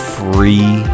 free